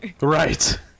Right